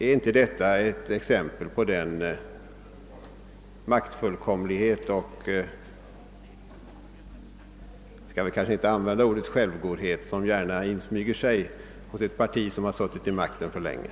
Är inte detta ett exempel på den maktfullkomlighet och — jag använder ordet trots tveksamhet — självgodhet, som gärna insmyger sig hos ett parti som har suttit för länge vid makten?